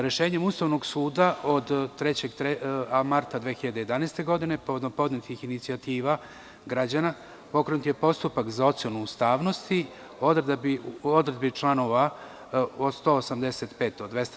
Rešenjem Ustavnog suda od 3. marta 2011. godine, povodom podnetih inicijativa građana, pokrenut je postupak za ocenu ustavnosti odredbi članova od 185. od 200.